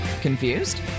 Confused